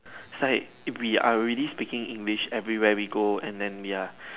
beside if we are really speaking English everywhere we go and then ya